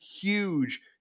huge